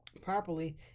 properly